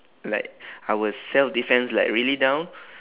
like our self defence like really down